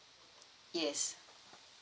yes